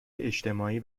اجتماعی